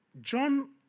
John